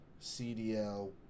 CDL